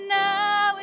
now